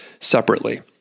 separately